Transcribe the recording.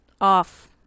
off